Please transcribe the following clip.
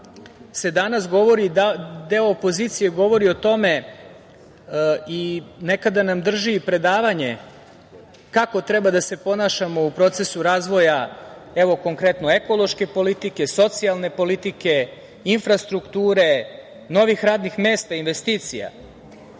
da danas deo opozicije govori o tome i nekada nam drže predavanje kako treba da se ponašamo u procesu razvoja, konkretno, ekološke politike, socijalne politike, infrastrukture, novih radnih mesta, investicija.